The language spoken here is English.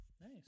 Nice